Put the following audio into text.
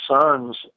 sons